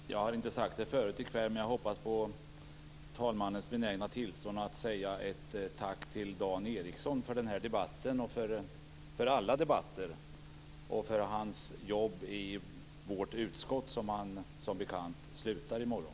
Fru talman! Jag har inte sagt det förut i kväll, men jag hoppas få talmannens benägna tillstånd att rikta ett tack till Dan Ericsson för den här debatten, för alla debatter och för hans jobb i vårt utskott, där han som bekant slutar i morgon.